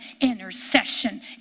intercession